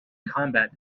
combat